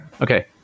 Okay